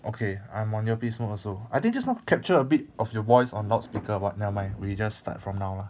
okay I'm on earpiece mode also I think just now capture a bit of your voice on loud speaker but nevermind we just start from now lah